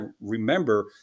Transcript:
remember